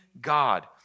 God